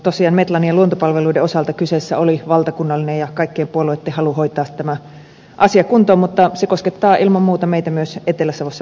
tosiaan metlan ja luontopalveluiden osalta kyseessä oli valtakunnallinen ja kaikkien puolueitten halu hoitaa tämä asia kuntoon mutta se koskettaa ilman muuta meitä myös etelä savossa merkittävästi